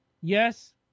yes